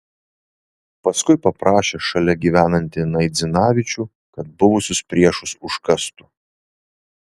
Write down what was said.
paskui paprašė šalia gyvenantį naidzinavičių kad buvusius priešus užkastų